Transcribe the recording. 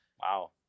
Wow